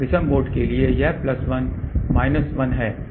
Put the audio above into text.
विषम मोड के लिए यह प्लस 1 माइनस 1 है